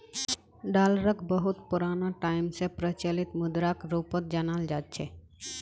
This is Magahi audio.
डालरक बहुत पुराना टाइम स प्रचलित मुद्राक रूपत जानाल जा छेक